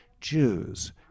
Jews